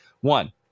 One